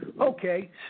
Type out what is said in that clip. Okay